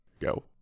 go